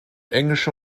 englische